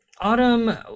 autumn